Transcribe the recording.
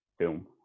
Film